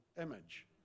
image